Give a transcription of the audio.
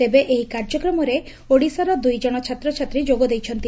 ତେବେ ଏହି କାର୍ଯ୍ୟକ୍ରମରେ ଓଡିଶାର ଦୁଇଜଣ ଛାତ୍ରଛାତ୍ରୀ ଯୋଗଦେଇଛନ୍ତି